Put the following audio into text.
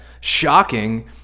shocking